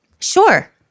Sure